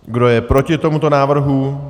Kdo je proti tomuto návrhu?